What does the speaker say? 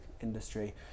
industry